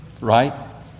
Right